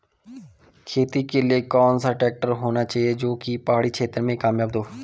खेती के लिए कौन सा ट्रैक्टर होना चाहिए जो की पहाड़ी क्षेत्रों में कामयाब हो?